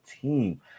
team